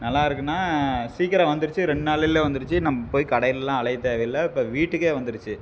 நல்லாருக்குதுன்னா சீக்கிரம் வந்திருச்சு ரெண்டு நாளிலே வந்திருச்சு நம்ம போய் கடையிலெல்லாம் அலையத் தேவையில்லை இப்போ வீட்டுக்கே வந்திருச்சு